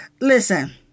Listen